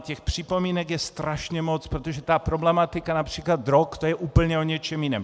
Těch připomínek je strašně moc, protože problematika například drog je úplně o něčem jiném.